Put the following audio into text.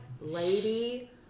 lady